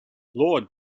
lord